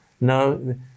No